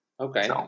Okay